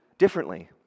differently